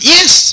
Yes